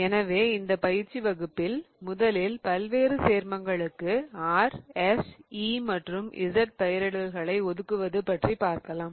எனவே இந்த பயிற்சி வகுப்பில் முதலில் பல்வேறு சேர்மங்களுக்கு R S E மற்றும் Z பெயரிடல்களை ஒதுக்குவது பற்றி பார்க்கலாம்